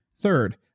Third